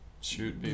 shoot